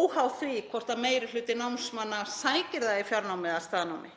óháð því hvort meiri hluti námsmanna sækir það í fjarnámi eða staðnámi.